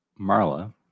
Marla